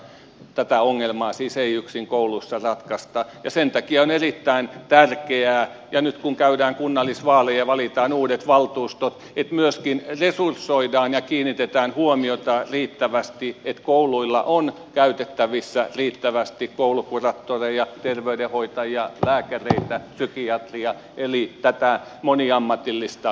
tätä ongelmaa siis ei yksin kouluissa ratkaista ja sen takia on erittäin tärkeää ja nythän käydään kunnallisvaaleja ja valitaan uudet valtuustot että myöskin resursoidaan ja kiinnitetään huomiota riittävästi siihen että kouluilla on käytettävissä riittävästi koulukuraattoreja terveydenhoitajia lääkäreitä psykiatreja eli tätä moniammatillista henkilökuntaa